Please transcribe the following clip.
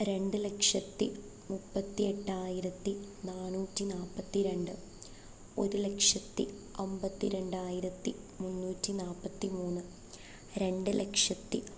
രണ്ടു ലക്ഷത്തി മുപ്പത്തി എട്ടായിരത്തി നാന്നൂറ്റി നാൽപ്പത്തി രണ്ട് ഒരു ലക്ഷത്തി അൻപത്തി രണ്ടായിരത്തി മുന്നൂറ്റി നാൽപ്പത്തി മൂന്ന് രണ്ടു ലക്ഷത്തി